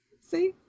See